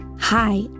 Hi